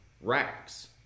racks